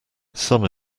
some